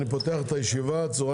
אני פותח את ישיבת ועדת הכלכלה.